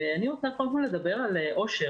אני רוצה לדבר, קודם כול, על אושר.